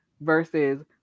versus